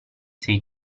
sei